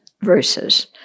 verses